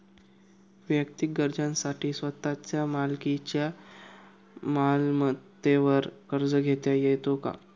वैयक्तिक गरजांसाठी स्वतःच्या मालकीच्या मालमत्तेवर कर्ज घेता येतो का?